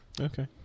Okay